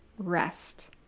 rest